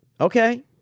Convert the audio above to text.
Okay